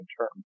term